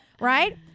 right